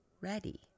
ready